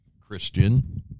Christian